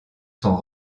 sont